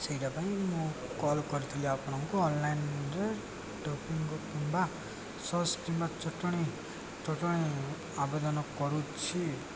ସେଇଟା ପାଇଁ ମୁଁ କଲ୍ କରିଥିଲି ଆପଣଙ୍କୁ ଅନଲାଇନରେ ଟୋକିଙ୍ଗ କିମ୍ବା ସସ୍ କିମ୍ବା ଚଟଣି ଚଟଣି ଆବେଦନ କରୁଛି